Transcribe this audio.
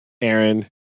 aaron